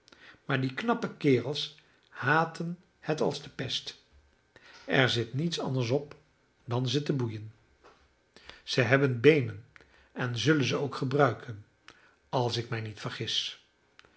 maar die knappe kerels haten het als de pest er zit niets anders op dan ze te boeien zij hebben beenen en zullen ze ook gebruiken als ik mij niet vergis